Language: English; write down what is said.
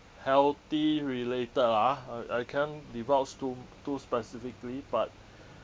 healthy related lah ah I I can't divulge too too specifically but